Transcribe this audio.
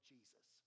Jesus